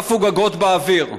עפו גגות באוויר.